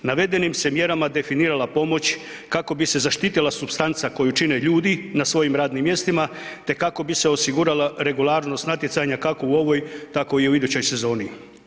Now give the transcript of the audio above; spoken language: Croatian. Navedenim se mjerama definirala pomoć kako bi se zaštitila supstanca koju čine ljudi na svojim radnim mjestima te kako bi se osigurala regularnost natjecanja kako u ovoj, tako i u idućoj sezoni.